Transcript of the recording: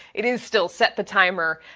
it is still set the timer.